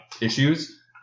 issues